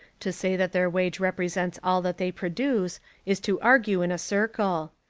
to say that their wage represents all that they produce is to argue in a circle.